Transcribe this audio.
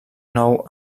nou